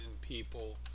people